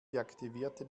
deaktivierte